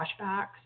flashbacks